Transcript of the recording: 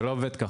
זה לא עובד ככה.